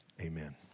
Amen